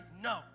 no